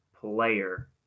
player